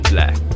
Black